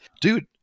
dude